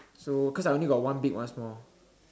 so cause I only got one big one small